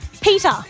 Peter